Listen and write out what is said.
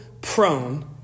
prone